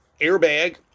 airbag